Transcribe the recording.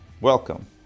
Welcome